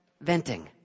venting